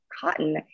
cotton